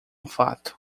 fato